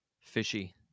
Fishy